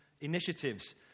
initiatives